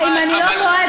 אם אני לא טועה,